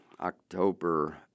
October